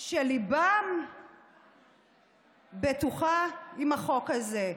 שליבם, אני בטוחה, עם החוק הזה.